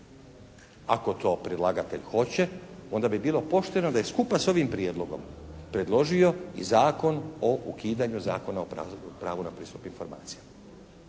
Ako to predlagatelj hoće onda bi bilo pošteno da skupa s ovim prijedlogom predložio i Zakon o ukidanju zakona o pravu na pristup informacijama.